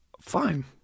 Fine